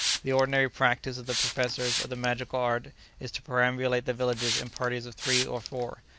the ordinary practice of the professors of the magical art is to perambulate the villages in parties of three or four,